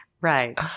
Right